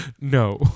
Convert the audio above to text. No